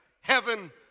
heaven